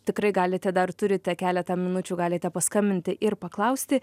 tikrai galite dar turite keletą minučių galite paskambinti ir paklausti